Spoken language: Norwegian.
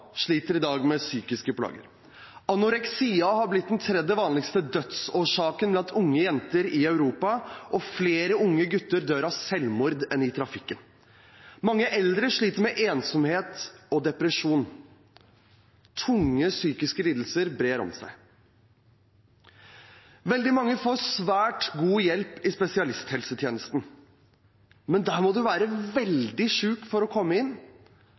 sliter i dag med psykiske plager. Anoreksi har blitt den tredje vanligste dødsårsaken blant unge jenter i Europa, og flere unge gutter dør av selvmord enn i trafikken. Mange eldre sliter med ensomhet og depresjon. Tunge psykiske lidelser brer om seg. Veldig mange får svært god hjelp i spesialisthelsetjenesten, men der må man være veldig syk for å komme inn,